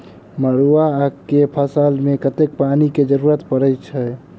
मड़ुआ केँ फसल मे कतेक पानि केँ जरूरत परै छैय?